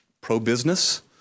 pro-business